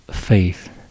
faith